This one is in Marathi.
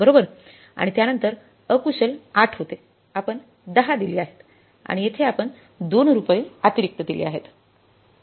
आणि त्यानंतर अकुशल 8 होते आपण 10 दिले आहेत आणि येथे आपण 2 रुपये अतिरिक्त दिले आहेत